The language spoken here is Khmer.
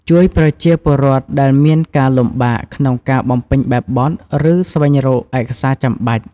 ជួយប្រជាពលរដ្ឋដែលមានការលំបាកក្នុងការបំពេញបែបបទ ឬស្វែងរកឯកសារចាំបាច់។